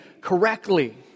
correctly